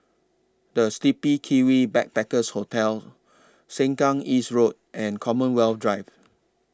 The Sleepy Kiwi Backpackers Hostel Sengkang East Road and Commonwealth Drive